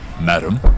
Madam